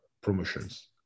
promotions